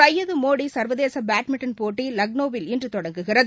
சையதமோடிச்வதேசபேட்மிண்டன் போட்டிலக்னோவில் இன்றுதொடங்குகிறது